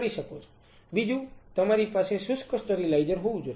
બીજું તમારી પાસે શુષ્ક સ્ટરીલાઈઝર હોવું જરૂરી છે